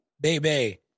baby